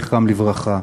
זכרם לברכה,